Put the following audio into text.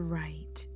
right